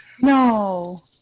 No